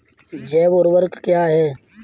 जैव ऊर्वक क्या है?